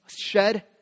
shed